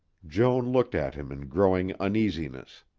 joan looked at him in growing uneasiness.